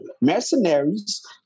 mercenaries